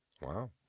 Wow